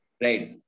Right